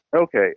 Okay